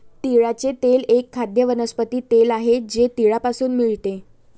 तिळाचे तेल एक खाद्य वनस्पती तेल आहे जे तिळापासून मिळते